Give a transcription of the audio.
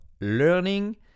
learning